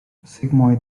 sigmund